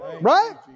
right